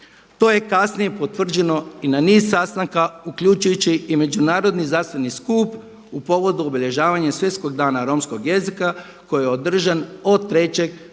To je kasnije potvrđeno i na niz sastanaka uključujući i međunarodni zdravstveni skup u povodu obilježavanja Svjetskog dana Romskog jezika koji je održan od 3. do 6.